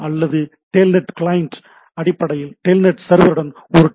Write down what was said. அல்லது telnet client அடிப்படையில் telnet சர்வருடன் ஒரு டி